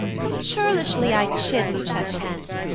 how churlishly i chid lucetta hence,